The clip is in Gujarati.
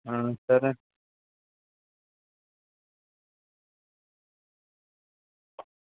સરસ